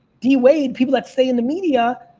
d wade, people that stay in the media,